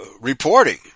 reporting